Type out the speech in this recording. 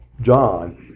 John